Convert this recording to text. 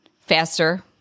faster